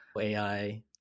AI